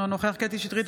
אינו נוכח קטי קטרין שטרית,